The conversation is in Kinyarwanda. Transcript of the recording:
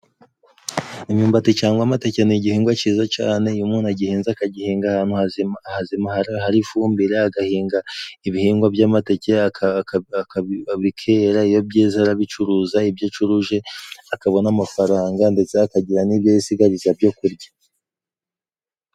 Imyumbati cangwa amatake ni igihingwa ciza cane, iyo umuntu agihinze akagihinga ahantu hazima hari ifumbire, agahinga ibihingwa by'amateke bikera, iyo byeze arabicuruza, ibyo acuruje akabona amafaranga ndetse akagira n'ibyo yisigaza byo kurya.